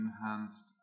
enhanced